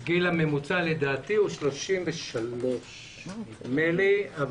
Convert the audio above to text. לדעתי הוא 33. נדמה לי.